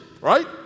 right